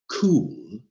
Cool